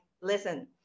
listen